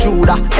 Judah